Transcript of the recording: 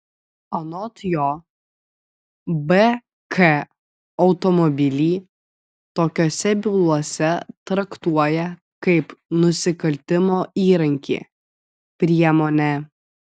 anot jo bk automobilį tokiose bylose traktuoja kaip nusikaltimo įrankį priemonę